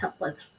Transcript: templates